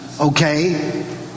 Okay